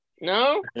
No